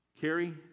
Carrie